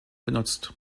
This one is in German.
benutzt